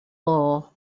law